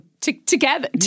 together